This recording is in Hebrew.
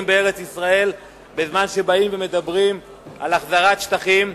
בארץ-ישראל בזמן שמדברים על החזרת שטחים.